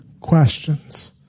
questions